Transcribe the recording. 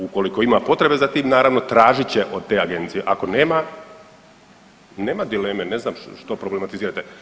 Ukoliko ima potrebe za tim naravno tražit će od te agencije, ako nema, nema dileme ne znam što problematizirate.